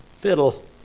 fiddle